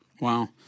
Wow